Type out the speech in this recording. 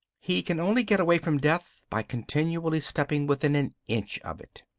he can only get away from death by continually stepping within an inch of it.